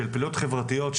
של פעילויות חברתיות,